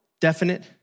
definite